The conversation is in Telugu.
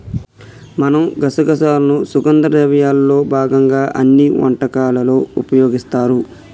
మనం గసగసాలను సుగంధ ద్రవ్యాల్లో భాగంగా అన్ని వంటకాలలో ఉపయోగిస్తారు